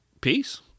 Peace